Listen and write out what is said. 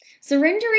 Surrendering